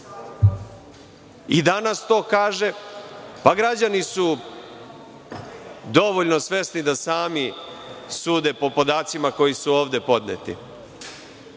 i danas to kaže, pa građani su dovoljno svesni da sami sude po podacima koji su ovde podneti. Neko